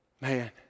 Man